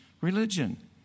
religion